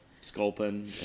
sculpin